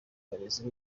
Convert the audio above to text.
barezi